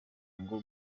ngo